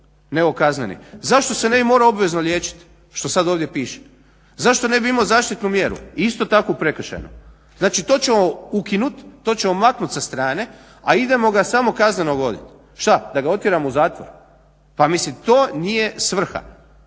nego kazneni, zašto se ne bi morao obvezno liječiti, što sad ovdje piše? Zašto ne bi imao zaštitnu mjeru, i isto tako prekršajnu? Znači to ćemo ukinuti, to ćemo maknuti sa strane, a idemo ga samo kazneno goniti. Šta, da ga otjeramo u zatvor? Pa mislim to nije svrha.